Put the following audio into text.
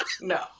no